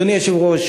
אדוני היושב-ראש,